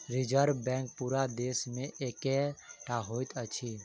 reserve Bank पूरा देश मे एकै टा होइत अछि